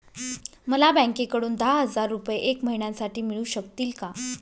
मला बँकेकडून दहा हजार रुपये एक महिन्यांसाठी मिळू शकतील का?